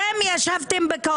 חמד עמאר, אתם ישבתם בקואליציה.